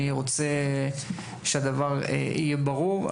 אני רוצה שהדבר יהיה ברור.